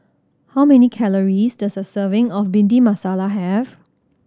how many calories does a serving of Bhindi Masala have